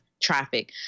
traffic